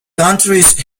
countries